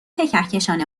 کهکشان